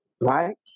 right